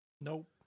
Nope